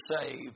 saved